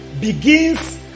Begins